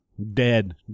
dead